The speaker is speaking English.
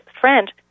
friend